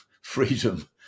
freedom